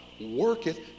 worketh